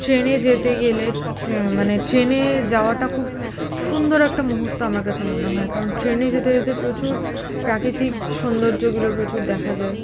ট্রেনে যেতে গেলে মানে ট্রেনে যাওয়াটা খুব সুন্দর একটা মুহূর্ত আমার কাছে মনে হয় কারণ ট্রেনে যেতে যেতে প্রচুর প্রাকৃতিক সৌন্দর্যগুলো প্রচুর দেখা যায়